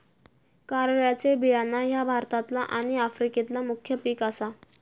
कारळ्याचे बियाणा ह्या भारतातला आणि आफ्रिकेतला मुख्य पिक आसा